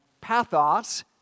pathos